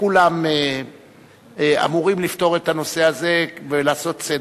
שכולם אמורים לפתור את הנושא הזה ולעשות צדק.